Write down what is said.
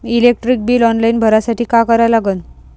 Electric bill online भरासाठी का करा लागन?